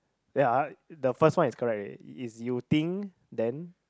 ya the first one is correct already it's you think then